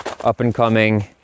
up-and-coming